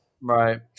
right